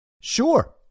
Sure